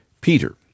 Peter